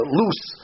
loose